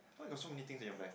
why got so many things in your bag